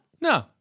No